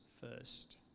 first